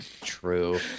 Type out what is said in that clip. true